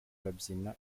babyina